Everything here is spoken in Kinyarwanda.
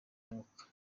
mwuka